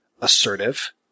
assertive